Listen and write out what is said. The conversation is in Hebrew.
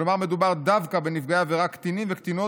כלומר מדובר דווקא בנפגעי עבירה קטינים וקטינות,